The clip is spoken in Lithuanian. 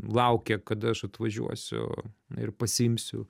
laukia kada aš atvažiuosiu ir pasiimsiu